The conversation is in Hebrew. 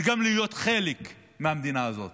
וגם להיות חלק מהמדינה הזאת.